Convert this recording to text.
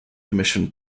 commission